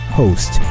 host